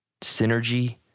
synergy